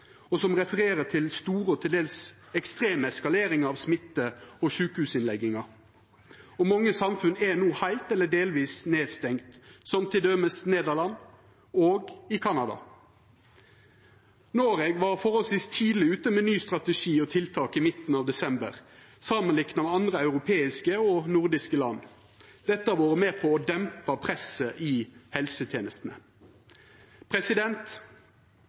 som refererer til store og til dels ekstreme eskaleringar av smitte og sjukehusinnleggingar. Mange samfunn er no heilt eller delvis stengde ned, som t.d. Nederland og Canada. Noreg var forholdsvis tidleg ute med ny strategi og nye tiltak i midten av desember samanlikna med andre europeiske og nordiske land. Dette har vore med på å dempa presset i helsetenestene.